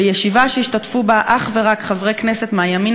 בישיבה שהשתתפו בה אך ורק חברי כנסת מהימין